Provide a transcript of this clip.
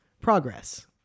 progress